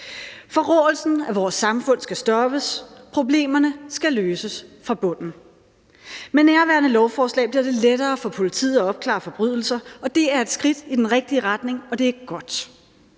Forråelsen af vores samfund skal stoppes; problemerne skal løses fra bunden. Med nærværende lovforslag bliver det lettere for politiet at opklare forbrydelser, og det er et skridt i den rigtige retning, og det er godt.